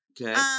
Okay